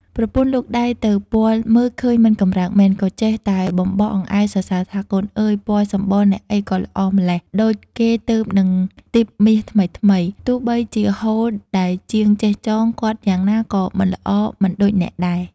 ប្រពន្ធលូកដៃទៅពាល់មើលឃើញមិនកំរើកមែន ក៏ចេះតែបបោស អង្អែលសរសើរថា “កូនអើយ! ពណ៌សំបុរអ្នកអីក៏ល្អម្ល៉េះ ដូចគេទើបនិងទីបមាសថ្មីៗ ទោះបីជាហូលដែលជាងចេះចង គាត់យ៉ាងណាក៏មិនល្អមិនដូចអ្នកដែរ ”។